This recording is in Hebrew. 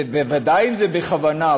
בוודאי אם זה בכוונה,